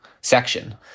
section